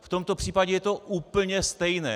V tomto případě je to úplně stejné.